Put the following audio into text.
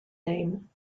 name